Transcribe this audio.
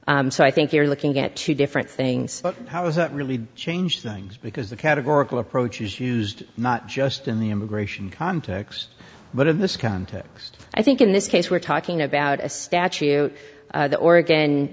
immigration so i think you're looking at two different things how is that really changed things because the categorical approach is used not just in the immigration context but in this context i think in this case we're talking about a statute the oregon